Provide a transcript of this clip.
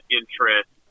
interest